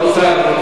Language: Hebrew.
לא, שלו זה רגילה.